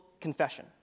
confession